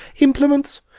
implements?